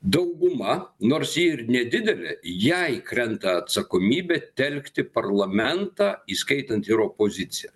dauguma nors ji ir nedidelė jai krenta atsakomybė telkti parlamentą įskaitant ir opoziciją